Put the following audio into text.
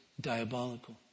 diabolical